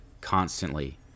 constantly